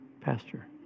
pastor